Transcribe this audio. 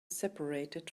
separated